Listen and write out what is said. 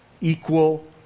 Equal